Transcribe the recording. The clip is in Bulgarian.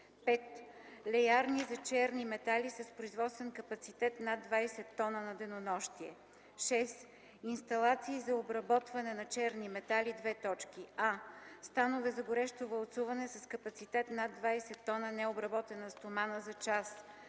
5. Леярни за черни метали с производствен капацитет над 20 т на денонощие. 6. Инсталации за обработване на черни метали: а) станове за горещо валцуване с капацитет над 20 т необработена стомана за час;